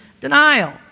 denial